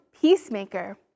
peacemaker